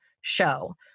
show